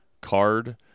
card